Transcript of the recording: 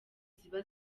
ziba